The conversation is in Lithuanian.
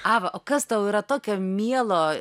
ava o kas tau yra tokio mielo